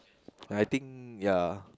I think ya